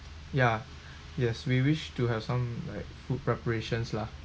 ya yes we wish to have some like food preparations lah